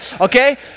okay